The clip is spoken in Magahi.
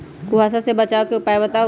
कुहासा से बचाव के उपाय बताऊ?